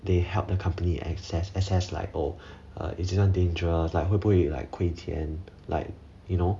they helped the company assess assess like oh is this dangerous like 会不会 like 亏钱 like you know